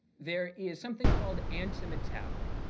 there is something called antimetabole,